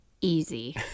easy